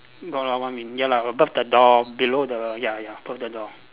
got lah one I mean ya lah above the door below the ya ya above the door